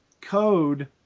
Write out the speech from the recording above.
code